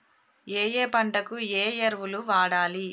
ఏయే పంటకు ఏ ఎరువులు వాడాలి?